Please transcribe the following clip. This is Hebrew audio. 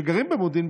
שגרים במודיעין,